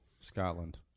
Scotland